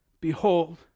Behold